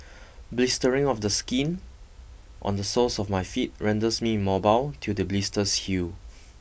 blistering of the skin on the soles of my feet renders me mobile till the blisters heal